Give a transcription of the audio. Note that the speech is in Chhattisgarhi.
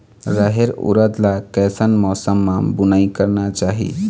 रहेर उरद ला कैसन मौसम मा बुनई करना चाही?